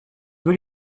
deux